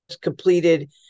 completed